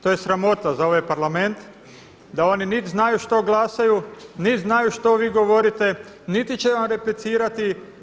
To je sramota za ovaj Parlament da oni niti znaju što glasaju, niti znaju što vi govorite, niti će vam replicirati.